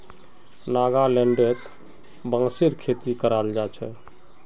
नागालैंडत बांसेर खेती कराल जा छे